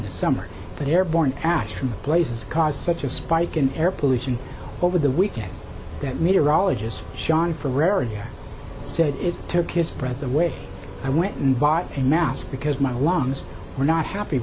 the summer but airborne ash from places caused such a spike in air pollution over the weekend that meteorologist sean ferreyra said it took his friends the way i went and bought a mask because my lungs were not happy